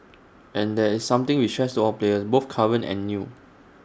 and that is something we tress all players both current and new